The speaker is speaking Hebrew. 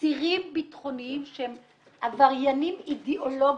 אסירים ביטחוניים, שהם אידיאולוגים,